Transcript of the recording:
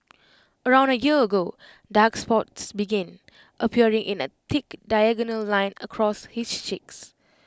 around A year ago dark spots began appearing in A thick diagonal line across his cheeks